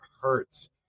hurts